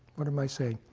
what am i saying?